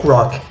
Rock